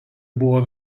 buvo